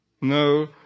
No